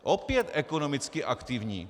Opět ekonomicky aktivní.